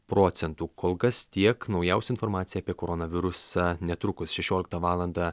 procentų kol kas tiek naujausia informacija apie koronavirusą netrukus šešioliktą valandą